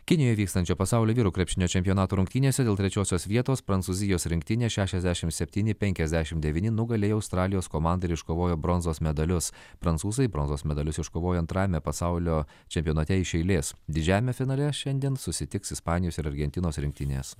kinijoje vykstančio pasaulio vyrų krepšinio čempionato rungtynėse dėl trečiosios vietos prancūzijos rinktinė šešiasdešimt septyni penkiasdešimt devyni nugalėjo australijos komandą ir iškovojo bronzos medalius prancūzai bronzos medalius iškovojo antrajame pasaulio čempionate iš eilės didžiajame finale šiandien susitiks ispanijos ir argentinos rinktinės